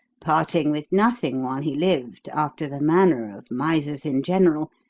parting with nothing while he lived, after the manner of misers in general,